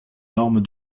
normes